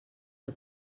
que